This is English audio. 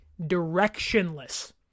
directionless